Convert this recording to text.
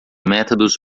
métodos